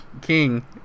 king